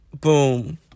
Boom